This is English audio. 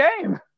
game